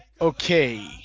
Okay